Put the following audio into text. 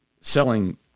selling